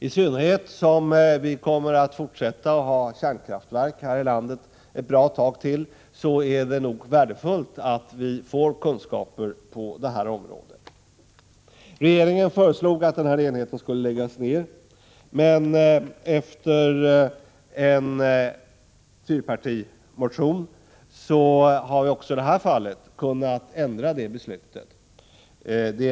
I synnerhet som vi kommer att fortsätta att ha kärnkraftverk här i landet ett bra tag till är det värdfullt att vi får kunskaper på detta område. Regeringen föreslog att denna enhet skulle läggas ned. Men efter en fyrpartimotion har vi också i det här fallet kunnat ändra beslutet.